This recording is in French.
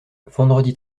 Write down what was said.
vendredi